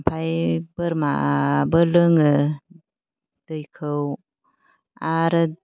ओमफ्राय बोरमाबो लोङो दैखौ आरो